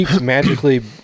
magically